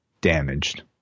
damaged